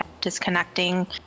disconnecting